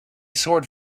sword